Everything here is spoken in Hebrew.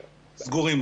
סגורים.